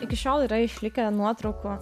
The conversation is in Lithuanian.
iki šiol yra išlikę nuotraukų